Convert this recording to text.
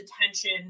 attention